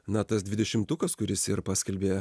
na tas dvidešimtukas kuris ir paskelbė